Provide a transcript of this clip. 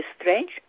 strange